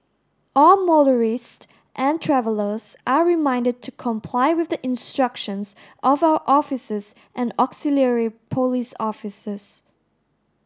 all motorist and travellers are reminded to comply with the instructions of our officers and auxiliary police officers